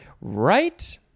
Right